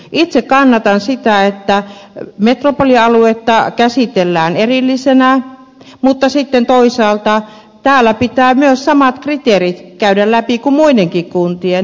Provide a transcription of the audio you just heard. itse kannatan sitä että metropolialuetta käsitellään erillisenä mutta sitten toisaalta täällä pitää myös samat kriteerit käydä läpi kuin muidenkin kuntien